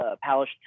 Palish